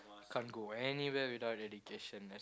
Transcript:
can't go anywhere without education